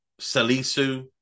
Salisu